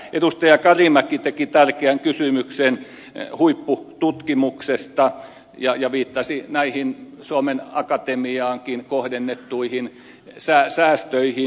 edustaja karimäki teki tärkeän kysymyksen huippututkimuksesta ja viittasi näihin suomen akatemiaankin kohdennettuihin säästöihin